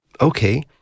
Okay